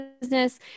business